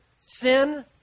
sin